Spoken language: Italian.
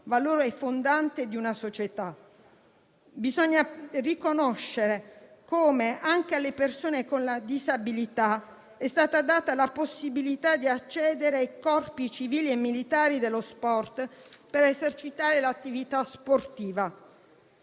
valore fondante di una società. Bisogna riconoscere come anche alle persone con disabilità è stata data la possibilità di accedere ai corpi civili e militari dello sport per esercitare l'attività sportiva.